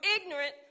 ignorant